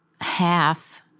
half